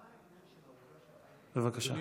בבקשה.